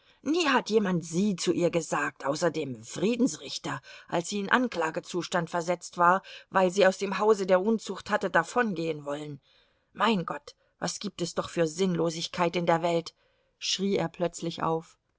nie hat jemand sie zu ihr gesagt außer dem friedensrichter als sie in anklagezustand versetzt war weil sie aus dem hause der unzucht hatte davongehen wollen mein gott was gibt es doch für sinnlosigkeit in der welt schrie er plötzlich auf